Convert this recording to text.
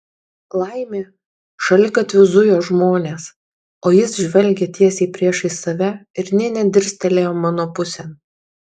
laimė šaligatviu zujo žmonės o jis žvelgė tiesiai priešais save ir nė nedirstelėjo mano pusėn